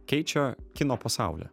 keičia kino pasaulį